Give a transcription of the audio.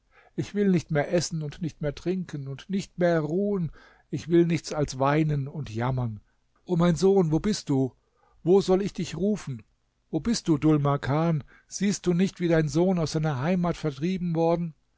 ich will nicht mehr essen und nicht mehr trinken und nicht mehr ruhen ich will nichts als weinen und jammern o mein sohn wo bist du wo soll ich dich rufen wo bist du dhul makan siehst du nicht wie dein sohn aus seiner heimat vertrieben worden